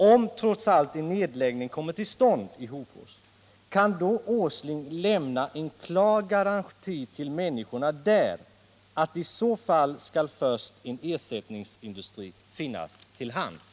Om trots allt en nedläggning kommer till stånd i Hofors, kan då Nils Åsling lämna en klar garanti till människorna där, att i så fall skall först en ersättningsindustri finnas till hands?